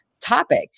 topic